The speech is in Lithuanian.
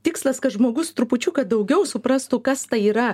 tikslas kad žmogus trupučiuką daugiau suprastų kas tai yra